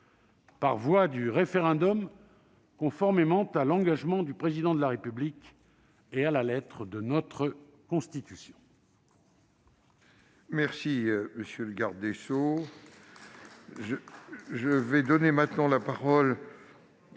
la voie du référendum, conformément à l'engagement du Président de la République et à la lettre de notre Constitution.